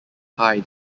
hai